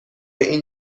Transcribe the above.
این